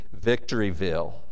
victoryville